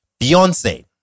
Beyonce